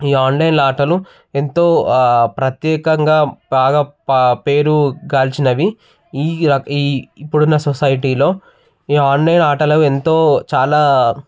ఈ ఆన్లైన్ ఆటలు ఎంతో ప్రత్యేకంగా బాగా పా పేరు గాంచినవి ఈ రక ఈ ఇప్పుడున్న సొసైటీలో ఈ ఆన్లైన్ ఆటలు ఎంతో చాలా